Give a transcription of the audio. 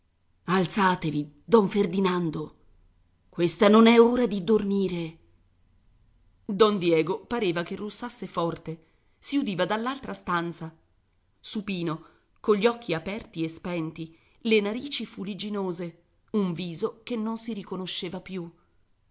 alzatevi don ferdinando questa non è ora di dormire don diego pareva che russasse forte si udiva dall'altra stanza supino cogli occhi aperti e spenti le narici filigginose un viso che non si riconosceva più